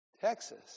Texas